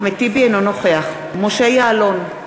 אינו נוכח משה יעלון,